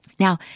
Now